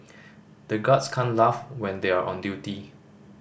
the guards can't laugh when they are on duty